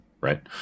Right